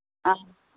অঁ